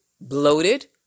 bloated